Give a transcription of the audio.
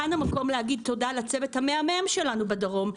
כאן המקום להגיד תודה לצוות המהמם שלנו בדרום,